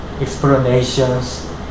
explanations